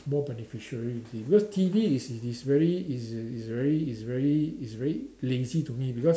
more beneficiary you see because T_V is is very is is very is very is very lazy to me because